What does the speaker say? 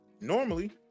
normally